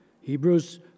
Hebrews